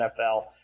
NFL